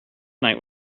night